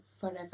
forever